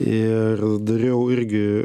ir dariau irgi